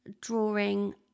drawing